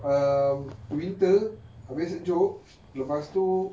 um winter obvious sejuk lepas tu